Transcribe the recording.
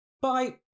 bye